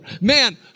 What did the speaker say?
Man